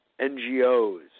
NGOs